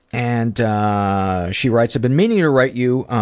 and ah she writes, i've been meaning to write you